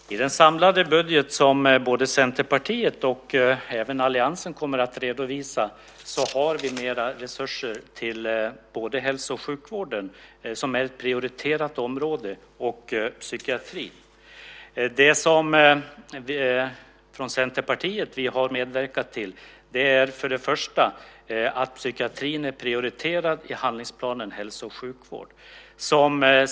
Herr talman! I den samlade budget som Centerpartiet och alliansen kommer att redovisa har vi mer resurser till både hälso och sjukvården, som är ett prioriterat område, och psykiatrin. Centerpartiet har medverkat till att psykiatrin är prioriterad i handlingsplanen för hälso och sjukvård.